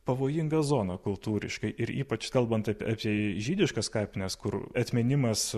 pavojinga zona kultūriškai ir ypač kalbant apie apie žydiškas kapines kur atminimas